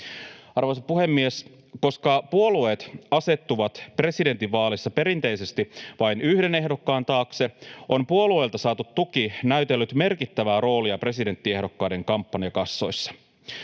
Arvoisa puhemies! Koska puolueet asettuvat presidentinvaaleissa perinteisesti vain yhden ehdokkaan taakse, on puolueilta saatu tuki näytellyt merkittävää roolia presidenttiehdokkaiden kampanjakassoissa.